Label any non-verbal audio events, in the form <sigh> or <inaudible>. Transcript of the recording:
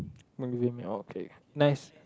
<noise> what do you mean okay nice